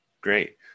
Great